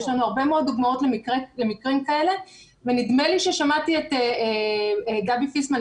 יש לנו הרבה מאוד דוגמאות למקרים כאלה ונדמה לי ששמעתי את גבי פיסמן,